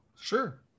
Sure